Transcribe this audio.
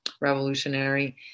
revolutionary